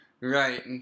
Right